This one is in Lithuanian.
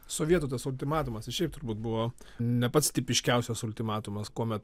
sovietų tas ultimatumas jis šiaip turbūt buvo ne pats tipiškiausias ultimatumas kuomet